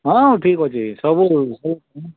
ହଁ ଠିକ ଅଛି ସବୁ